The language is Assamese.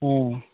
অঁ